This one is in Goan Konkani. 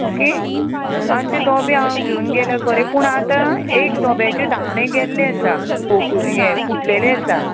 ओके आनी तें धोबे हांव घेवन गेले खरें पूण आतां एक धोब्याचे धांपणे गेल्ले आसा हे फुटलेले आसा